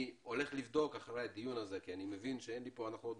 אני הולך לבדוק אחרי הדיון הזה אני מבין שאין לי פה הנחות,